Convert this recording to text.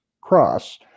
cross